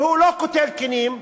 והוא לא קוטל קנים,